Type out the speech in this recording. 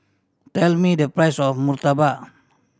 tell me the price of murtabak